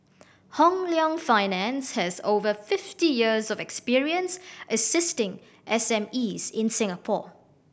Hong Leong Finance has over fifty years of experience assisting S M Es in Singapore